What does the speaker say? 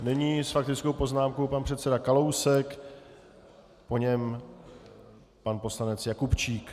Nyní s faktickou poznámkou pan předseda Kalousek, po něm pan poslanec Jakubčík.